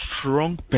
strong